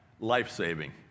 life-saving